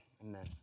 Amen